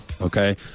Okay